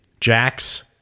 Jax